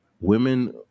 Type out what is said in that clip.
women